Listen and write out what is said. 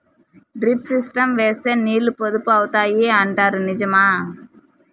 Drip system వేస్తే నీళ్లు పొదుపు అవుతాయి అంటారు నిజమా?